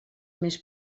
més